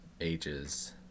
ages